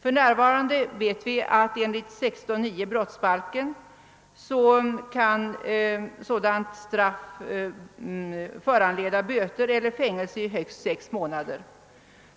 För närvarande kan sådant brott enligt 16: 9 brottsbalken föranleda böter eller fängelse i högst sex månader.